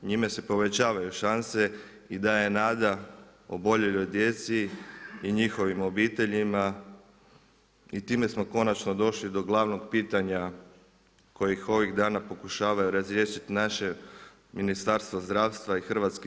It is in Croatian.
Njime se povećavaju šanse i daje nada oboljeloj djeci i njihovim obiteljima i time smo konačno došli do glavnog pitanja kojih ovih dana pokušavaju razriješiti naše Ministarstvo zdravstva i HZZO.